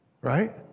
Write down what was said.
right